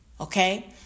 okay